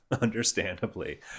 understandably